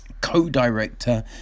Co-director